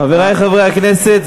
חברי חברי הכנסת,